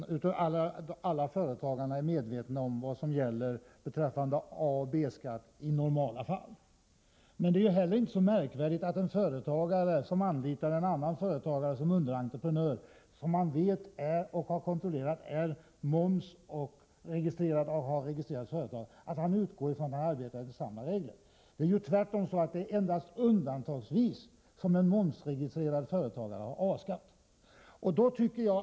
Herr talman! Det är säkert så att alla företagare är medvetna om vad som gäller beträffande A och B-skatt i normala fall. Men det är inte så märkvärdigt att en företagare som anlitar en annan företagare som underentreprenör, vilken han har kontrollerat och vet har ett momsregistrerat företag, utgår från att denne arbetar efter samma regler. Det är endast undantagsvis som en momsregistrerad företagare har A-skatt.